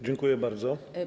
Dziękuję bardzo.